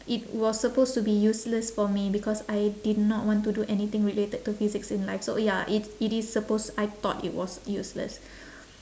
it was supposed to be useless for me because I did not want to do anything related to physics in life so ya it's it is supposed I thought it was useless